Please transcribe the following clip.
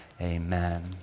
Amen